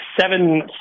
seven